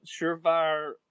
surefire